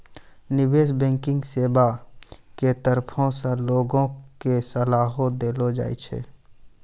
निबेश बैंकिग सेबा के तरफो से लोगो के सलाहो देलो जाय छै